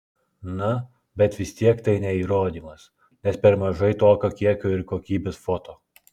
na bet vis tiek tai ne įrodymas nes per mažai tokio kiekio ir kokybės foto